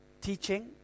teaching